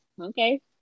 okay